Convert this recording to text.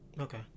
Okay